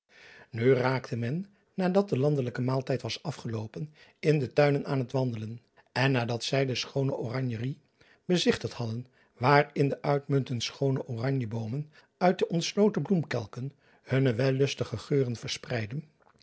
u raakte men nadat de landlijke maaltijd was afgeloopen in de tuinen aan het wandelen en nadat zij de schoone oranjerij bezigtigd hadden waar in de uitmuntend schoone oranjeboomen uit de ontsloten bloemkelken hunne wellustige geuren verspreiden